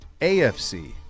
AFC